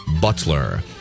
Butler